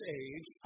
age